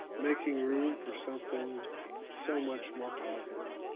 making room for something so much more positive.